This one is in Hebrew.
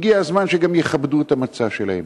הגיע הזמן שגם יכבדו את המצע שלהם.